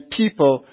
people